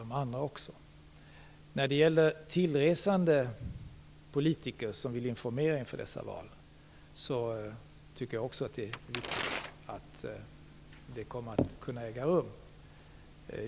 Jag tycker också att det är viktigt att tillresande politiker som vill informera inför dessa val skall kunna komma hit.